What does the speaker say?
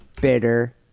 bitter